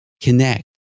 connect